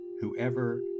whoever